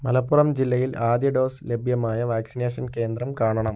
മലപ്പുറം ജില്ലയിൽ ആദ്യ ഡോസ് ലഭ്യമായ വാക്സിനേഷൻ കേന്ദ്രം കാണണം